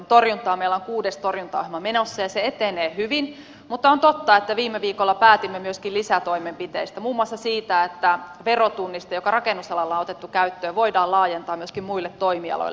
meillä on kuudes torjuntaohjelma menossa ja se etenee hyvin mutta on totta että viime viikolla päätimme myöskin lisätoimenpiteistä muun muassa siitä että verotunnis te joka rakennusalalla on otettu käyttöön voidaan laajentaa myöskin muille toimialoille